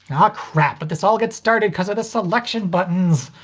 ah crap, but this all gets started cause of the selection buttons!